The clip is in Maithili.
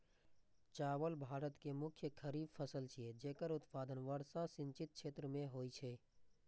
चावल भारत के मुख्य खरीफ फसल छियै, जेकर उत्पादन वर्षा सिंचित क्षेत्र मे होइ छै